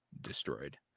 destroyed